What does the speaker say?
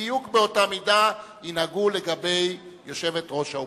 בדיוק באותה מידה ינהגו לגבי יושבת-ראש האופוזיציה.